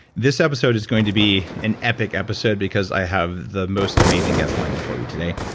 this episode is going to be an epic episode, because i have the most amazing guest lined up for you today.